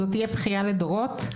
זאת תהיה בכייה לדורות,